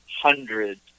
hundreds